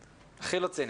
הכי לא ציני.